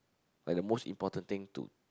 like the most important thing to